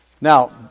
Now